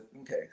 okay